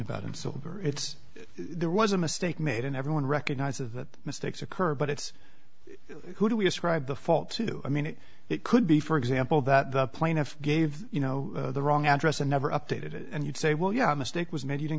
about i'm sober it's there was a mistake made and everyone recognizes that mistakes occur but it's who do we ascribe the fault to i mean it could be for example that the plaintiff gave you know the wrong address and never updated it and you'd say well yeah a mistake was made you didn't